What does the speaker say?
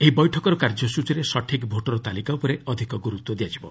ଏହି ବୈଠକର କାର୍ଯ୍ୟସୂଚୀରେ ସଠିକ୍ ଭୋଟର ତାଲିକା ଉପରେ ଅଧିକ ଗୁରୁତ୍ୱ ଦିଆଯିବ